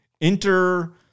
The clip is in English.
Enter